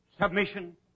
submission